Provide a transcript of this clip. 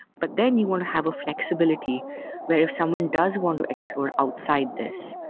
but then you want to have a flexibility where if someone does want to explore outside this,